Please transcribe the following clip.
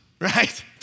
right